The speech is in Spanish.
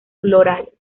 florales